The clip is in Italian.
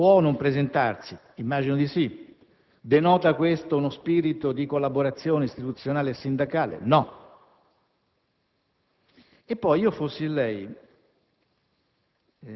Può non presentarsi? Immagino di sì. Denota questo uno spirito di collaborazione istituzionale e sindacale? No. Se io fossi in